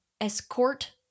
escort